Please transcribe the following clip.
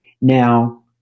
now